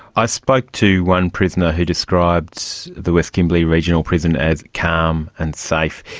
i spoke to one prisoner who described the west kimberley regional prison as calm and safe.